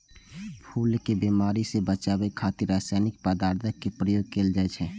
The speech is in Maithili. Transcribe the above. फूल कें बीमारी सं बचाबै खातिर रासायनिक पदार्थक प्रयोग कैल जाइ छै